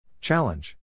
Challenge